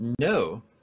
No